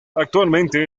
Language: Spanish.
actualmente